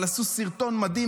אבל עשו סרטון מדהים